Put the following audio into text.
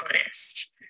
honest